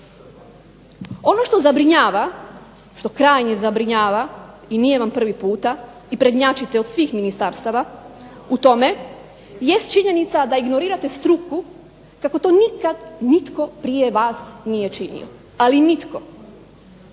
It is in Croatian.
Ono što zabrinjava, što krajnje zabrinjava i nije vam prvi puta i prednjačite od svih ministarstava u tome, jest činjenica da ignorirate struku kako to nikad nitko prije vas nije činio, ali nitko.